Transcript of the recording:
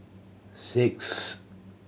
six